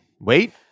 Wait